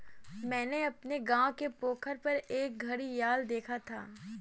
मैंने अपने गांव के पोखर पर एक घड़ियाल देखा था